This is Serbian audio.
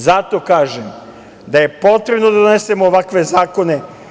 Zato kažem da je potrebno da donesemo ovakve zakone.